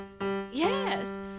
Yes